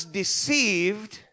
deceived